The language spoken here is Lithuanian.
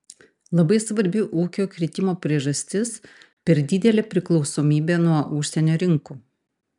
labai svarbi ūkio kritimo priežastis per didelė priklausomybė nuo užsienio rinkų